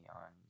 on